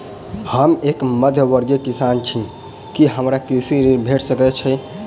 हम एक मध्यमवर्गीय किसान छी, की हमरा कृषि ऋण भेट सकय छई?